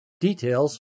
Details